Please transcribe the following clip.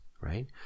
right